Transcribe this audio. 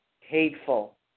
hateful